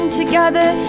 together